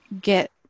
get